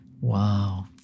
Wow